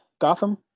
Gotham